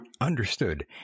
Understood